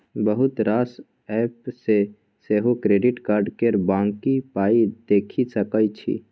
बहुत रास एप्प सँ सेहो क्रेडिट कार्ड केर बाँकी पाइ देखि सकै छी